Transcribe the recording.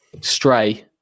stray